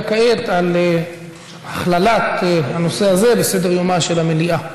כעת על הכללת הנושא הזה בסדר-יומה של המליאה